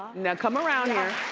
now come around here.